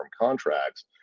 contracts